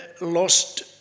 lost